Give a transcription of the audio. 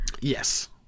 Yes